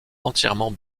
entièrement